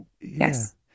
yes